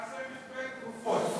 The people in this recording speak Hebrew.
אז תעשה מתווה תרופות.